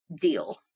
deal